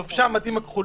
לובשי המדים הכחולים,